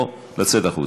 או יצא החוצה.